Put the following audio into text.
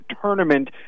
tournament